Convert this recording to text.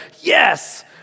yes